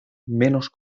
menos